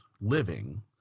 living